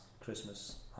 Christmas